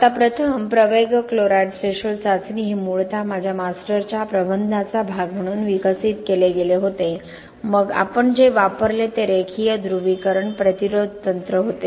आता प्रथम प्रवेगक क्लोराईड थ्रेशोल्ड चाचणी हे मूळतः माझ्या मास्टरच्या प्रबंधाचा भाग म्हणून विकसित केले गेले होते मग आपण जे वापरले ते रेखीय ध्रुवीकरण प्रतिरोध तंत्र होते